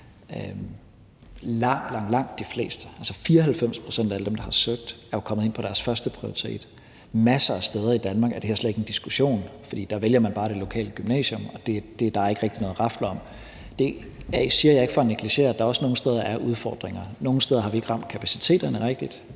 Langt, langt de fleste – 94 pct. af alle dem, der har søgt – er jo kommet ind på deres førsteprioritet. Masser af steder i Danmark er det her slet ikke en diskussion, for der vælger man bare det lokale gymnasium, og der er ikke rigtig noget at rafle om. Det siger jeg ikke for at negligere, at der også nogle steder er udfordringer; nogle steder har vi ikke ramt kapaciteterne rigtigt,